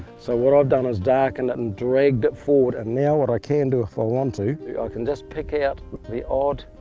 so what i've done is darkened it and dragged it forward, and now what i can do if i want to, i can just pick out the odd